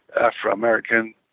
Afro-American